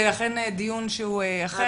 זה אכן דיון שהוא אחר.